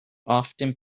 often